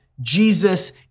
Jesus